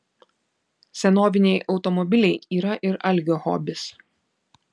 senoviniai automobiliai yra ir algio hobis